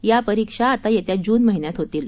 या परीक्षा आता येत्या जून महिन्यात होतील